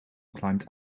climbed